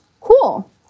cool